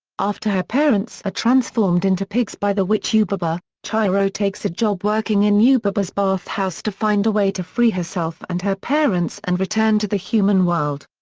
after her parents are transformed into pigs by the witch yubaba, chihiro takes a job working in yubaba's bathhouse to find a way to free herself and her parents and return to the human world.